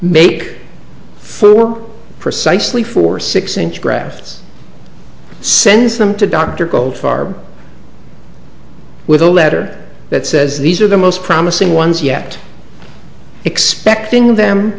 make four precisely four six inch graphs sends them to dr goldfarb with a letter that says these are the most promising ones yet expecting them